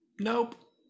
Nope